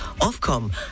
Ofcom